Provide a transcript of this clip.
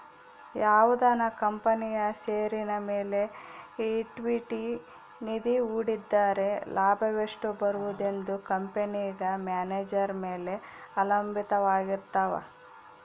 ಯಾವುದನ ಕಂಪನಿಯ ಷೇರಿನ ಮೇಲೆ ಈಕ್ವಿಟಿ ನಿಧಿ ಹೂಡಿದ್ದರೆ ಲಾಭವೆಷ್ಟು ಬರುವುದೆಂದು ಕಂಪೆನೆಗ ಮ್ಯಾನೇಜರ್ ಮೇಲೆ ಅವಲಂಭಿತವಾರಗಿರ್ತವ